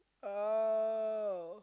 oh